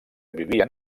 vivien